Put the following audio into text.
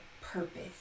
purpose